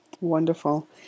Wonderful